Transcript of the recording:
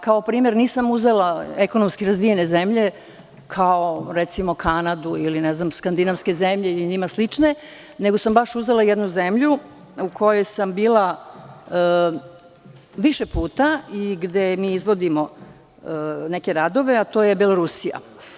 Kao primer nisam uzela ekonomski razvijene zemlje, kao npr. Kanadu ili recimo skandinavske zemlje i njima slične, nego sam baš uzela jednu zemlju u kojoj sam bila više puta, gde mi izvodimo neke radove, a to je Belorusija.